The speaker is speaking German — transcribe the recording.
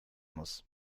muss